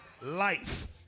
life